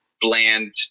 bland